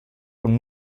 und